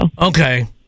Okay